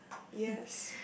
yes